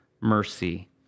mercy